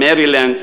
מרילנד,